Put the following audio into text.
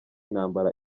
ntambara